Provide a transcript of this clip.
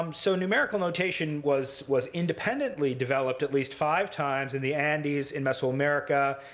um so numerical notation was was independently developed at least five times in the andes in mesoamerica,